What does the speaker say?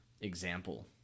example